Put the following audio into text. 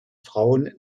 frauen